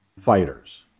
fighters